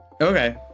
Okay